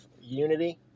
unity